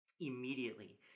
Immediately